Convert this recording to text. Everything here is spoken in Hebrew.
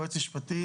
יועץ משפטי,